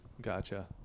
Gotcha